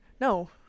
No